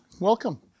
Welcome